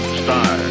star